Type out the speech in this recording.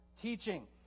teaching